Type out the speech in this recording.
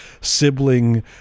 sibling